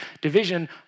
division